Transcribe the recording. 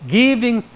giving